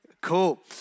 Cool